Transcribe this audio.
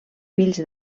fills